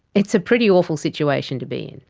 it's a pretty awful situation to be in.